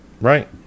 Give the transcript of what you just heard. right